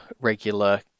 regular